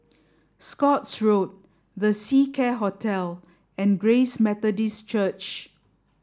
Scotts Road The Seacare Hotel and Grace Methodist Church